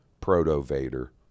Proto-Vader